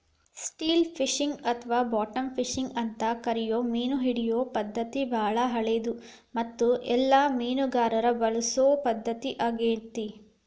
still fishing ಅಥವಾ bottom fishing ಅಂತ ಕರಿಯೋ ಮೇನಹಿಡಿಯೋ ಪದ್ಧತಿ ಬಾಳ ಹಳೆದು ಮತ್ತು ಎಲ್ಲ ಮೇನುಗಾರರು ಬಳಸೊ ಪದ್ಧತಿ ಆಗೇತಿ